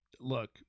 look